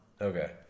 Okay